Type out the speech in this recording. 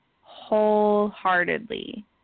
wholeheartedly